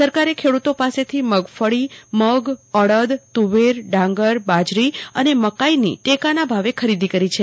સરકારે ખેડૂતો પાસેથી મગફળી મગ અડદ તુવેર ડાંગર બાજરી અને મકાઇની ટેકાના ભાવે ખરીદી કરી છે